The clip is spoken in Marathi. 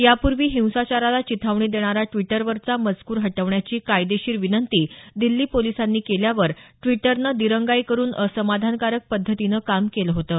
यापूर्वी हिंसाचाराला चिथावणी देणारा द्विटरवरचा मजकूर हटवण्याची कायदेशीर विनंती दिल्ली पोलिसांनी केल्यावर ड्विटरनं दिरंगाई करुन असमाधानकारक पध्दतीनं काम केलं होतं